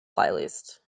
playlist